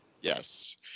yes